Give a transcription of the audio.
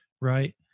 right